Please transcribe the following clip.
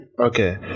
Okay